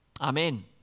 Amen